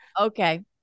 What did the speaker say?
Okay